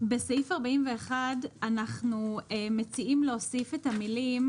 בסעיף 41 אנחנו מציעים להוסיף את המילים,